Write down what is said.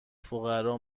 فقرا